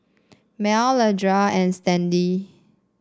Mel Leandra and Stanley